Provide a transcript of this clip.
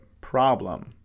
Problem